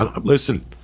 Listen